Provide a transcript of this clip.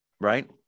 right